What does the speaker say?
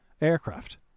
Aircraft